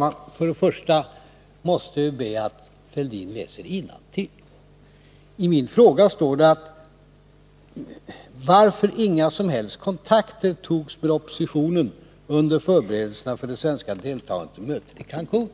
Herr talman! Först och främst måste jag be Thorbjörn Fälldin att läsa innantill. I min fråga står det: ”-—— varför inga som helst kontakter tagits med oppositionen under förberedelserna för det svenska deltagandet i mötet i Cancun.”